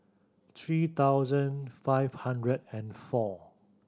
three thousand five hundred and four